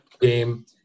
game